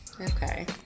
Okay